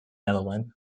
netherlands